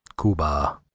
Cuba